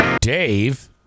Dave